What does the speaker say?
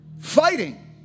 Fighting